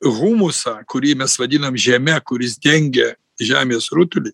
humusą kurį mes vadinam žeme kuris dengia žemės rutulį